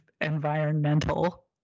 environmental